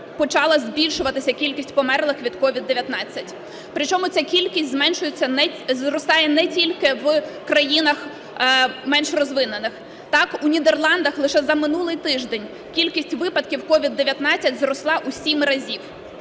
почала збільшуватись кількість померлих від COVID-19. Причому ця кількість зростає не тільки в країнах менш розвинених. Так, у Нідерландах лише за минулий тиждень кількість випадків COVID-19 зросла у 7 разів.